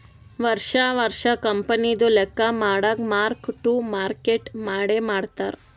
ವರ್ಷಾ ವರ್ಷಾ ಕಂಪನಿದು ಲೆಕ್ಕಾ ಮಾಡಾಗ್ ಮಾರ್ಕ್ ಟು ಮಾರ್ಕೇಟ್ ಮಾಡೆ ಮಾಡ್ತಾರ್